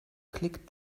click